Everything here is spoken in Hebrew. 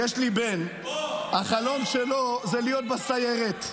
יש לי בן, החלום שלו זה להיות בסיירת.